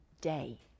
day